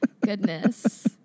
Goodness